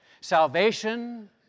Salvation